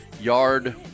yard